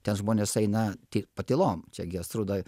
ten žmonės eina tik patylom čia gi astruda